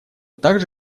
также